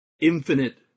infinite